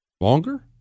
Longer